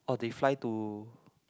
oh they fly to